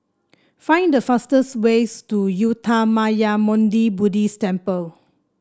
find the fastest ways to Uttamayanmuni Buddhist Temple